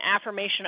affirmation